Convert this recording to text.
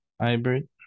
hybrid